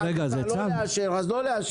אם היא מעדיפה לא לאשר, אז לא לאשר.